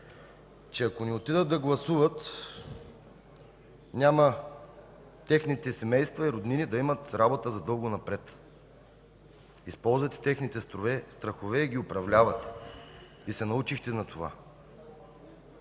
че ако не отидат да гласуват, няма техните семейства и роднини да имат работа за дълго напред. Използвате техните страхове и ги управлявате, и се научихте на това.